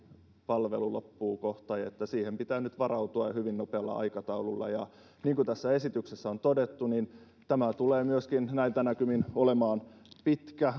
palvelu loppuvat kohta ja että siihen pitää nyt varautua hyvin nopealla aikataululla niin kuin tässä esityksessä on todettu niin tämä tulee myöskin näiltä näkymin olemaan pitkä